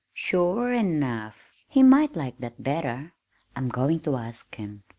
sure enough he might like that better i'm going to ask him!